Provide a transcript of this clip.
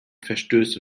verstöße